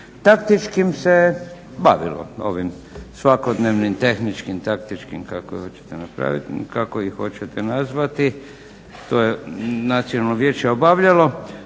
Taktičkim se bavilo ovim svakodnevnim tehničkim, taktičkim kako ih hoćete nazvati to je Nacionalno vijeće obavljalo,